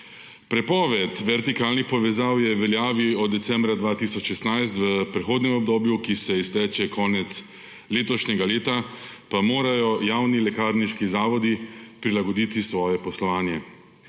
Prepoved vertikalnih povezav je v veljavi od decembra 2016, v prehodnem obdobju, ki se izteče konec letošnjega leta, pa morajo javni lekarniški zavodi prilagoditi svoje poslovanje.